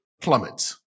plummets